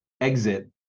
exit